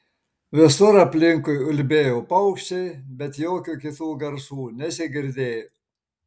visur aplinkui ulbėjo paukščiai bet jokių kitų garsų nesigirdėjo